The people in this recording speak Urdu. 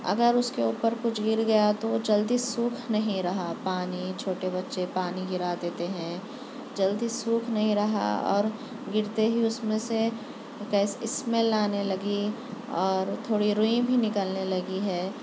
اگر اس کے اوپر کچھ گر گیا تو وہ جلدی سوکھ نہیں رہا پانی چھوٹے بچے پانی گرا دیتے ہیں جلدی سوکھ نہیں رہا اور گرتے ہی اس میں سے اسمیل آنے لگی اور تھوڑی روئی بھی نکلنے لگی ہے